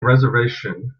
reservation